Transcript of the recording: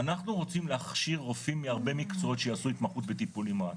אנחנו רוצים להכשיר רופאים מהרבה מקצועות שיעשו התמחות בטיפול נמרץ,